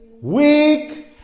weak